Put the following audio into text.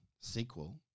sequel